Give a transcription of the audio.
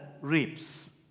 reaps